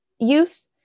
youth